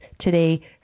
today